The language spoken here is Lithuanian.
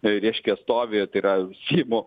reiškia stovitai yra seimo